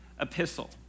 epistle